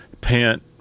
pant